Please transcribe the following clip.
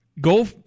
go